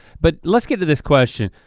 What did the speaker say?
but let's get to this question.